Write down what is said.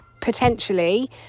potentially